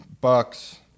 Bucks